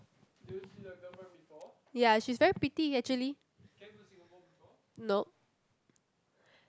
ya she's very pretty actually no